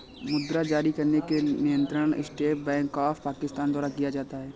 मुद्रा जारी करने के नियंत्रण स्टेट बैंक ऑफ पाकिस्तान द्वारा किया जाता है